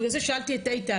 בגלל זה שאלתי את איתן,